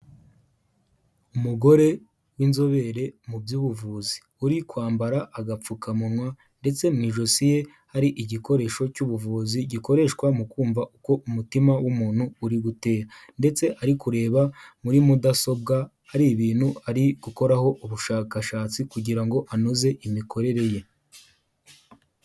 Umugore w'inzobere mu by'ubuvuzi, uri kwambara agapfukamunwa ndetse mu ijosi ye hari igikoresho cy'ubuvuzi gikoreshwa mu kumva uko umutima w'umuntu uri gutera ndetse ari kureba muri mudasobwa, hari ibintu ari gukoraho ubushakashatsi kugira ngo anoze imikorere ye.